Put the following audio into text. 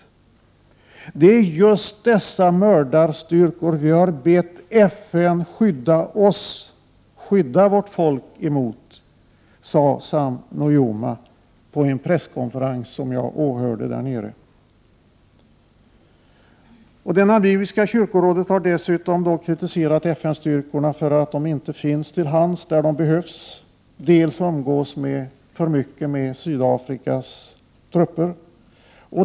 Det är just dessa mördarstyrkor som vi har bett FN skydda vårt folk emot, sade Sam Nujoma på en presskonferens som jag åhörde där nere. Det namibiska kyrkorådet har dessutom kritiserat FN-styrkorna dels för att de inte finns till hands när de behövs, dels för att de umgås för mycket med Sydafrikas trupper.